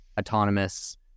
autonomous